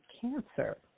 Cancer